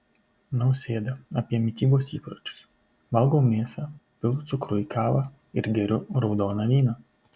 nausėda apie mitybos įpročius valgau mėsą pilu cukrų į kavą ir geriu raudoną vyną